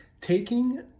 taking